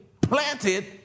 planted